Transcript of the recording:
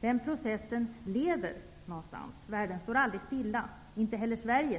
Den processen leder någonstans. Utvecklingen i världen står aldrig stilla -- inte heller i Sverige.